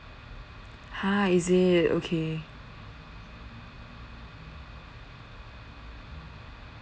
ha is it okay